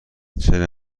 چرا